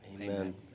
Amen